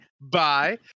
bye